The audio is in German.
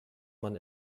man